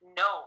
no